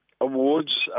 awards